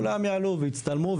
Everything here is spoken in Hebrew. כולם יעלו ויצטלמו.